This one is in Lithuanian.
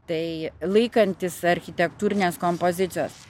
tai laikantis architektūrinės kompozicijos